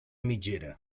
mitgera